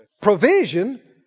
Provision